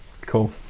cool